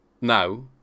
Now